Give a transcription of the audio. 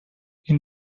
این